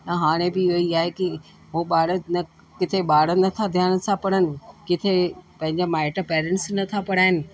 त हाणे बि इहो ई आहे कि उहो ॿार न किथे ॿार नथा ध्यान सां पढ़नि किथे पंहिंजा माइट पैरेंट्स नथा पढ़ाइनि